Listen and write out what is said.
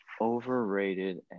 Overrated